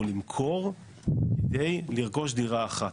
אנחנו צריכים למכור כדי לרכוש דירה אחת?